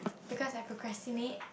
because I procrastinate